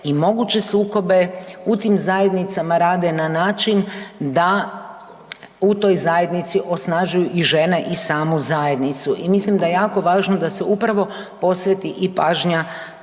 i moguće sukobe u tim zajednicama rade na način da u toj zajednici osnažuju i žene i samu zajednicu i mislim da je jako važno da se upravo posveti i pažnja